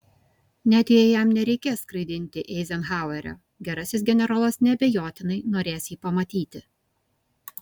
net jei jam nereikės skraidinti eizenhauerio gerasis generolas neabejotinai norės jį pamatyti